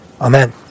Amen